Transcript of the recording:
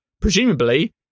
presumably